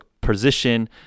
position